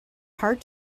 hard